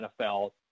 NFL